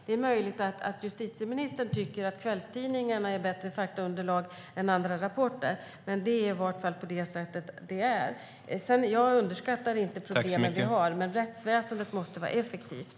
Det är möjligt att justitieministern tycker att kvällstidningar ger bättre faktaunderlag än rapporter, men det är så det i vart fall är. Jag underskattar inte de problem vi har, men rättsväsendet måste vara effektivt.